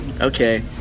Okay